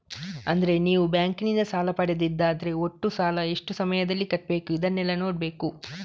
ಅಂದ್ರೆ ನೀವು ಬ್ಯಾಂಕಿನಿಂದ ಸಾಲ ಪಡೆದದ್ದಾದ್ರೆ ಒಟ್ಟು ಸಾಲ, ಎಷ್ಟು ಸಮಯದಲ್ಲಿ ಕಟ್ಬೇಕು ಇದನ್ನೆಲ್ಲಾ ನೋಡ್ಬೇಕು